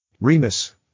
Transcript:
Remus